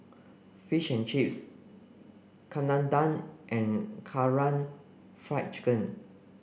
fish and Chips Chana Dal and Karaage Fried Chicken